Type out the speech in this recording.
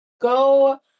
Go